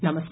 नमस्कार